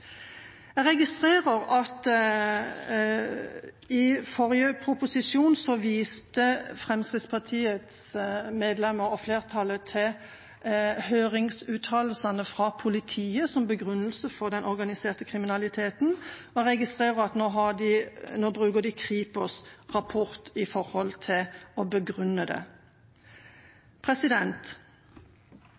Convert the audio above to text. Jeg registrerer at i forrige innstilling viste Fremskrittspartiets medlemmer og flertallet til høringsuttalelsene fra politiet for å begrunne det de mener er organisert kriminalitet. Nå bruker de Kripos’ rapport for å begrunne det.